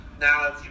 Now